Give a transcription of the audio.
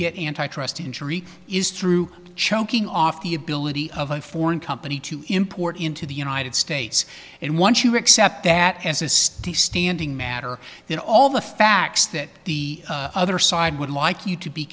get antitrust injury is through choking off the ability of a foreign company to import into the united states and once you accept that as a stay standing matter then all the facts that the other side would like you to be